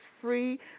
free